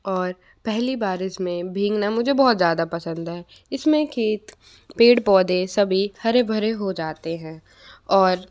और पहली बारिश में भीगना मुझे बहुत ज़्यादा पसंद है इस में खेत पेड़ पौधे सभी हरे भरे हो जाते हैं और